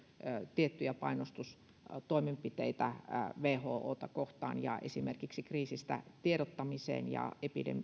tiettyjä painostustoimenpiteitä whota kohtaan ja esimerkiksi kriisistä tiedottamiseen ja